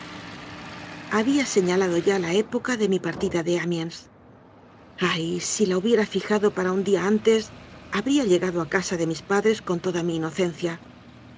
había señalado ya la época de mi partida de amiéns ay si la hubiera fijado para un día antes habría llegado a casa de mis padres con toda mi inocencia